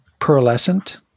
pearlescent